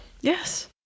yes